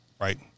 right